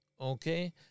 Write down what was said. Okay